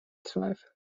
zweifel